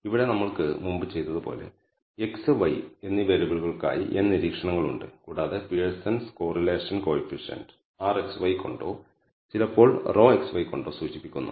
ഇവിടെ നമ്മൾ മുമ്പ് ചെയ്തപോലെ x y എന്നീ വേരിയബിളുകൾക്കായി n നിരീക്ഷണങ്ങളുണ്ട് കൂടാതെ പിയേഴ്സൻസ് കോറിലേഷൻ കോയിഫിഷ്യന്റ് rxy കൊണ്ടോ ചിലപ്പോൾ ρxy കൊണ്ടോ സൂചിപ്പിക്കുന്നു